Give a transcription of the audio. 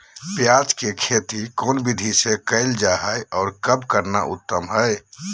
प्याज के खेती कौन विधि से कैल जा है, और कब करना उत्तम है?